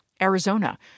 Arizona